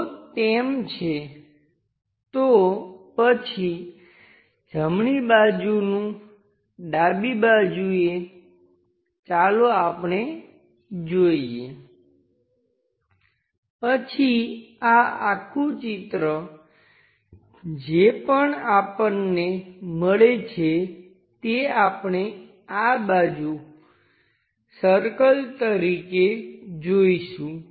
જો તેમ છે તો પછી જમણી બાજુનું ડાબી બાજુએ ચાલો આપણે જોઈએ પછી આ આખું ચિત્ર જે પણ આપણને મળે છે તે આપણે આ બાજુ સર્કલ તરીકે જોઈશું